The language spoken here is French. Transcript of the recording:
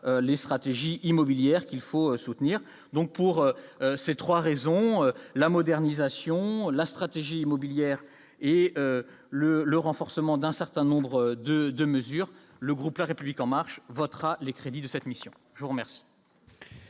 les stratégies immobilière qu'il faut soutenir donc pour ces 3 raisons, la modernisation, la stratégie immobilière et le le renforcement d'un certain nombre de de mesures, le groupe la République en marche votera les crédits de cette mission, je vous remercie.